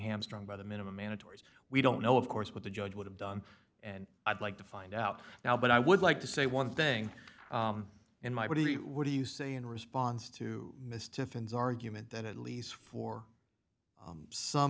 hamstrung by the minimum mandatory we don't know of course what the judge would have done and i'd like to find out now but i would like to say one thing in my body what do you say in response to miss tiffins argument that at least for some